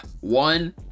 one